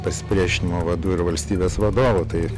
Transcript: pasipriešinimo vadų ir valstybės vadovų tai